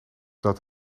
dat